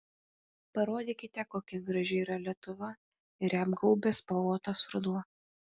parodykite kokia graži yra lietuva ir ją apgaubęs spalvotas ruduo